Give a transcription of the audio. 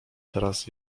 teraz